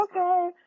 okay